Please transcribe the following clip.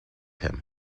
him